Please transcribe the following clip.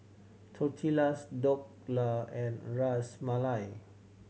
Tortillas Dhokla and Ras Malai